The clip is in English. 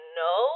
no